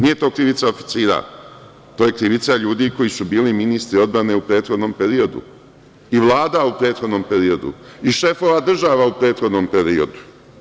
Nije to krivica oficira, to je krivica ljudi koji su bili ministri odbrane u prethodnom periodu i vlada u prethodnom periodu i šefova država u prethodnom periodu.